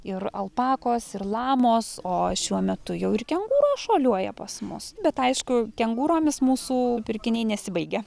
ir alpakos ir lamos o šiuo metu jau ir kengūra šuoliuoja pas mus bet aišku kengūromis mūsų pirkiniai nesibaigia